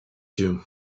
you